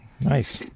Nice